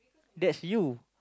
that's you